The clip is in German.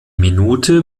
minute